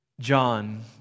John